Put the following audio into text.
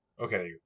Okay